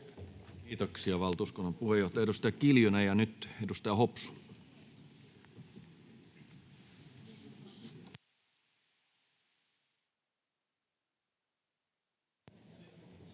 Kiitoksia, valtuuskunnan puheenjohtaja, edustaja Kiljunen. — Ja nyt edustaja Hopsu. [Speech